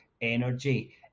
energy